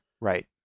Right